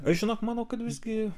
aš žinok manau kad visgi